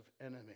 enemy